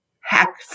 hack